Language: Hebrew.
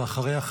ואחריה,